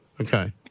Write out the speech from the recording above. Okay